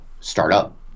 startup